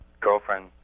girlfriend